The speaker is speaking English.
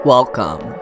Welcome